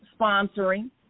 sponsoring